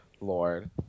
Lord